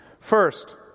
First